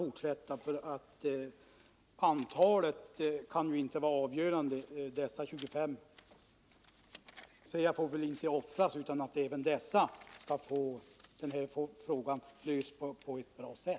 Det låga antalet kan inte vara ett skäl för att dessa 25 skall offras, utan frågan måste lösas på bästa sätt även för dem.